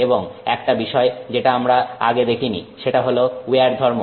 এবং একটা বিষয় যেটা আমরা আগে দেখিনি সেটা হল উইয়ার ধর্ম